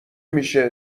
میشه